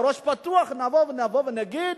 בראש פתוח נבוא ונגיד,